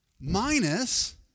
minus